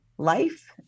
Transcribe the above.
life